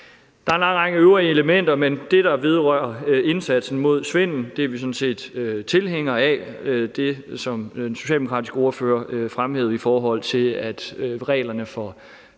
Der er en lang række øvrige elementer, men det, der vedrører indsatsen mod svindel, er vi sådan set tilhængere af. Det, som den socialdemokratiske ordfører fremhævede, om, at reglerne for